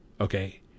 Okay